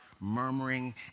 murmuring